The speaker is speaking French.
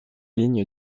lignes